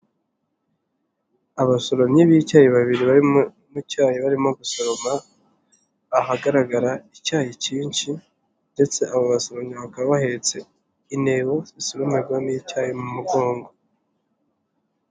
Abasoromyi b'icyayi babiri bari mu cyayi barimo gusoroma, ahagaragara icyayi cyinshi ndetse abo basoromyi bakaba bahetse intebo, zisoromerwamo icyayi mu mugongo.